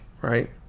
right